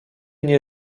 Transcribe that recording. nie